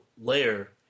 layer